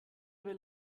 will